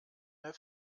mehr